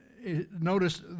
notice